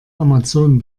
amazon